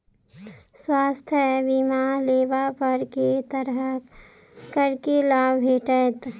स्वास्थ्य बीमा लेबा पर केँ तरहक करके लाभ भेटत?